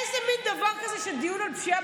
איזה מין דבר זה שבדיון על הפשיעה